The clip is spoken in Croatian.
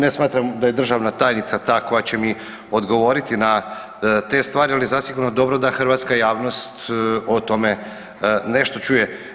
Ne smatram da je državna tajnica ta koja će mi odgovoriti na te stvari, ali zasigurno je dobro da hrvatska javnost o tome nešto čuje.